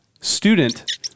student